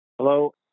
Hello